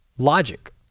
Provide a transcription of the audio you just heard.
logic